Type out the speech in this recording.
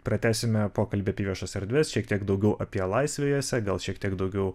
pratęsime pokalbį apie viešas erdves šiek tiek daugiau apie laisvę jose gal šiek tiek daugiau